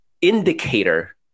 indicator